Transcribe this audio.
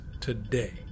today